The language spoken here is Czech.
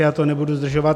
Já to nebudu zdržovat.